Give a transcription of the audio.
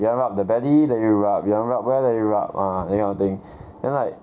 you want rub the belly let you rub you want rub where let you rub ah that kind of things then like